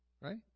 Right